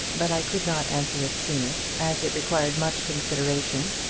but i could not answer it sooner, as it required much consideration,